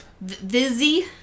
Vizzy